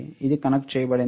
ఇది కనెక్ట్ చేయబడింది